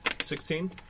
Sixteen